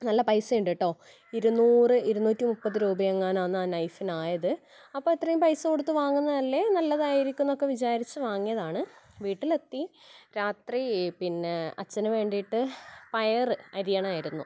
നല്ല പൈസയും ഉണ്ട് കെട്ടോ ഇരുന്നൂറ് ഇരുന്നൂറ്റി മുപ്പത് രൂപ എങ്ങാനും അന്നാ നൈഫിനായത് അപ്പം അത്രയും പൈസ കൊടുത്ത് വാങ്ങുന്നതല്ലേ നല്ലതായിരിക്കും എന്ന് വിചാരിച്ച് വാങ്ങിയതാണ് വീട്ടിലെത്തി രാത്രി പിന്നെ അച്ഛന് വേണ്ടിയിട്ട് പയറ് അരിയണായിരുന്നു